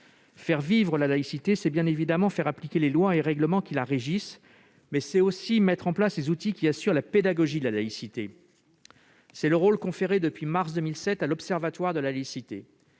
Faire vivre la laïcité, c'est évidemment faire appliquer les lois et règlements qui la régissent, mais c'est aussi déployer les outils qui assurent la pédagogie de la laïcité. Tel est le rôle conféré à l'Observatoire de la laïcité